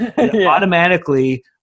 Automatically